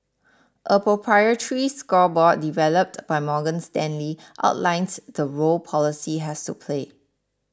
a proprietary scorecard developed by Morgan Stanley outlines the role policy has to play